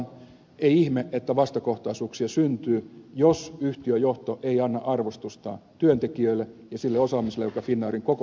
ei ihme että vastakohtaisuuksia syntyy jos yhtiöjohto ei anna arvostusta työntekijöille ja sille osaamiselle joka finnairin koko henkilöstöllä on